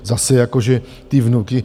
Zase jako že ty vnuky...